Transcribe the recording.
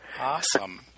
Awesome